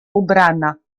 ubrana